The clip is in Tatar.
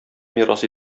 мирас